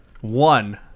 One